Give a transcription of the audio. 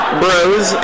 bros